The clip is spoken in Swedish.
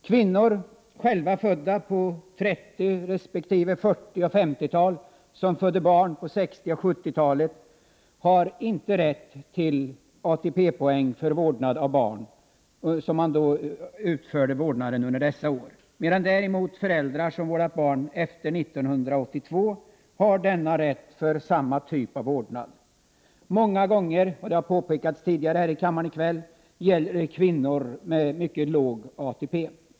Kvinnor, själva födda på 30-talet resp. 40 och 50-talet som födde barn på 60 och 70-talen har inte rätt till ATP-poäng för den vårdnad av barn som de utförde under dessa år, medan däremot föräldrar som vårdat barn efter 1982 har denna rätt för samma typ av vårdnad. Som har påpekats här i kväll gäller det många gånger kvinnor med låg ATP.